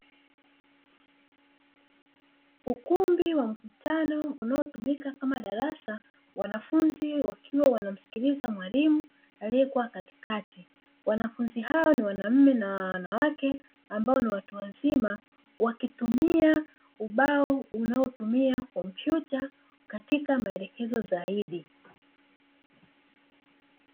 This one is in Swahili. Ukumbi wa mkutano unaotumika kama darasa, wanafunzi wakiwa wanamsikiliza mwalimu aliyekuwa katikati. Wanafunzi hawa ni wanaume na wanawake ambao ni watu wazima, wakitumia ubao unaotumia kompyuta, katika maelekezo zaidi.